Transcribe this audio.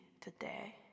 today